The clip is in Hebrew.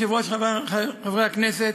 אדוני היושב-ראש, חברי הכנסת,